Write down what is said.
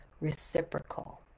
reciprocal